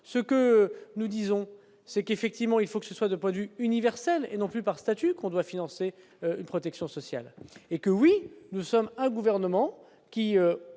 ce que nous disons, c'est qu'effectivement, il faut que ce soit 2 points de vue universelle et non plus par statut qu'on doit financer une protection sociale et que, oui, nous sommes un gouvernement qui,